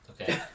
Okay